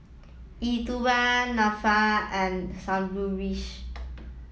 Elattuvalapil Nadesan and Sundaresh